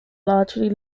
largely